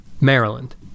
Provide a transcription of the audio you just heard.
Maryland